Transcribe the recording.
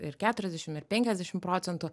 ir keturiasdešim ir penkiasdešim procentų